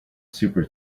super